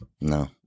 No